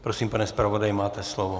Prosím, pane zpravodaji, máte slovo.